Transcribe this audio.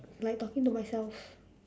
like talking to myself